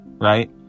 right